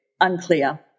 unclear